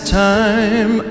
time